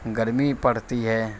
گرمی پڑتی ہے